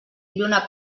lluna